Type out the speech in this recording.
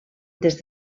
des